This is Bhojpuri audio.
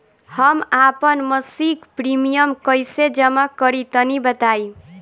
हम आपन मसिक प्रिमियम कइसे जमा करि तनि बताईं?